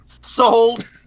Sold